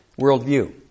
worldview